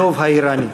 הדוב האיראני.